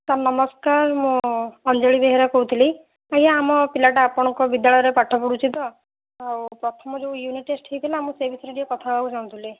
sir ନମସ୍କାର ମୁଁ ଅଞ୍ଜଳି ବେହେରା କହୁଥିଲି ଏଇ ଆମ ପିଲାଟା ଆପଣଙ୍କ ବିଦ୍ୟାଳୟରେ ପାଠ ପଢ଼ୁଛି ତ ଆଉ ପ୍ରଥମ ଯୋଉ ୟୁନିଟ୍ ଟେଷ୍ଟ୍ ହେଇଥିଲା ମୁଁ ସେଇ ବିଷୟରେ ଟିକିଏ କଥା ହେବାକୁ ଚାହୁଁଥିଲି